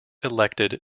elected